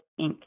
Inc